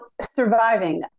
surviving